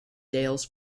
dales